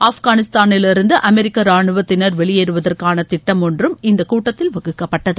ஆப்கானிஸ்தானிலிருந்து அமெரிக்க ராணுவத்தினர் வெளியேறுவதற்கான திட்டம் ஒன்றும் இந்தக் கூட்டடத்தில் வகுக்கப்பட்டது